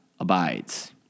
abides